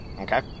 Okay